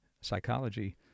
psychology